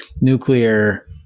nuclear